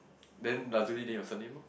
then Lazuli then your surname lor